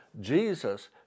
Jesus